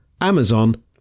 Amazon